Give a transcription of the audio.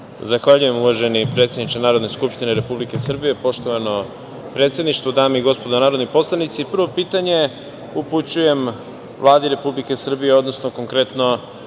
Zahvaljujem uvaženi predsedniče Narodne skupštine Republike Srbije. Poštovano predsedništvo, dame i gospodo narodni poslanici, prvo pitanje upućujem Vladi Republike Srbije, odnosno konkretno